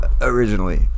originally